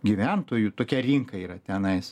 gyventojų tokia rinka yra tenais